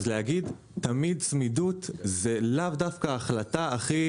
להגיד: "תמיד צמידות" זו לאו דווקא ההחלטה הכי